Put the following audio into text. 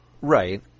Right